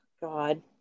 god